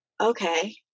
okay